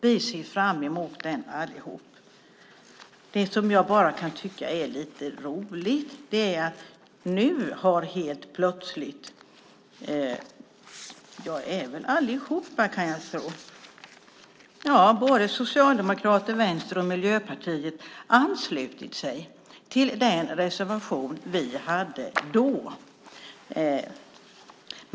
Vi ser fram emot den allihop. Det som jag kan tycka är lite roligt är att nu helt plötsligt har allihop, Socialdemokraterna, Vänstern och Miljöpartiet, anslutit sig till den reservation vi hade då.